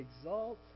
exalt